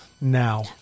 now